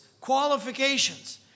qualifications